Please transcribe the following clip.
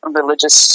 religious